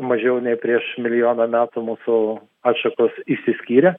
mažiau nei prieš milijoną metų mūsų atšakos išsiskyrė